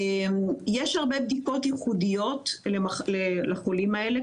יש הרבה בדיקות ייחודיות לחולים האלה,